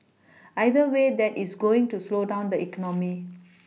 either way that is going to slow down the economy